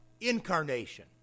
incarnation